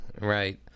right